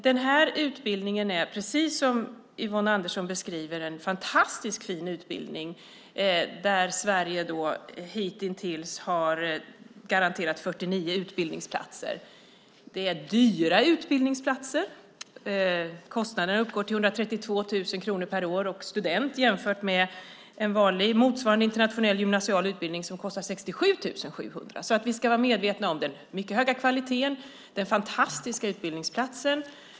Den här utbildningen är, precis som Yvonne Andersson beskriver den, en fantastiskt fin utbildning, där Sverige hitintills har garanterat 49 utbildningsplatser. Det är dyra utbildningsplatser. Kostnaden uppgår till 132 000 kronor per år och student. En motsvarande, vanlig internationell gymnasial utbildning kostar 67 700 kronor. Vi ska vara medvetna om den mycket höga kvaliteten och den fantastiska utbildningsplatsen.